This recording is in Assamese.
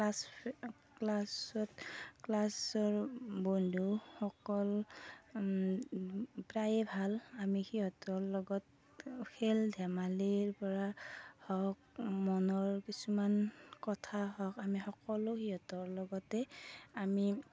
ক্লাছ ক্লাছত ক্লাছৰ বন্ধুসকল প্ৰায়ে ভাল আমি সিহঁতৰ লগত খেল ধেমালিৰ পৰা হওক মনৰ কিছুমান কথা হওক আমি সকলো সিহঁতৰ লগতে আমি